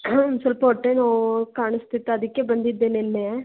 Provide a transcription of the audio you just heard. ಹ್ಞೂ ಸ್ವಲ್ಪ ಹೊಟ್ಟೆನೋವೂ ಕಾಣಿಸ್ತಿತ್ತು ಅದಕ್ಕೆ ಬಂದಿದ್ದೆ ನೆನ್ನೇ